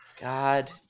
God